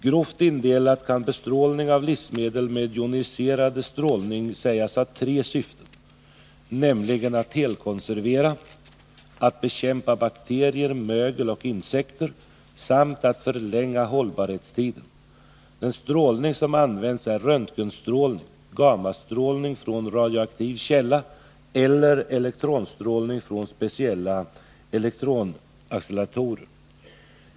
Grovt indelat kan bestrålning av livsmedel med joniserande strålning sägas ha tre syften, nämligen att helkonservera, att bekämpa bakterier, mögel och insekter samt att förlänga hållbarhetstiden. Den strålning som används är röntgenstrålning, gammastrålning från radioaktiv källa eller elektronstrålning från speciella elektronacceleratorer.